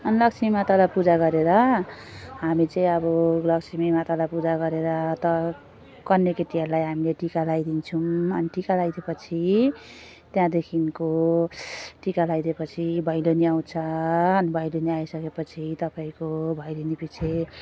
अनि तक्ष्मीमातालाई पूजा गरेर हामी चाहिँ अब लक्ष्मीमातालाई पूजा गरेर त कन्ये केटीहरूलाई हामीले टिका लाइदिन्छौँ अनि टिका लाइदिएपछि त्यहाँदेखिको टिका लाइदिएपछि भैलेनी आउँछ भैलेनी आइसकेपछि तपाईँको भैलेनीपछि